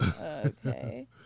Okay